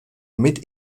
mit